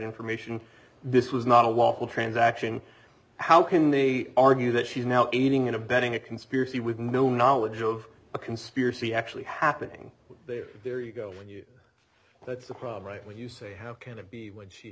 information this was not a lawful transaction how can they argue that she's now aiding and abetting a conspiracy with no knowledge of a conspiracy actually happening there there you go when you that's the problem right when you say how can it be when she